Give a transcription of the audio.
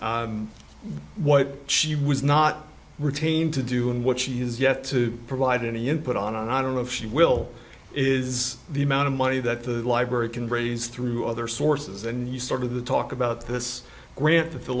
s what she was not retained to do and what she is yet to provide any input on and i don't know if she will is the amount of money that the library can raise through other sources and you sort of the talk about this grant th